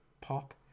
pop